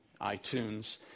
iTunes